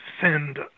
send